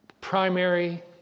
primary